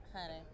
honey